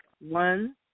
one